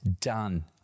done